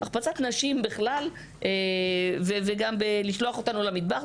החפצת נשים בכלל וגם בלשלוח אותנו למטבח,